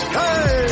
hey